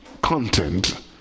content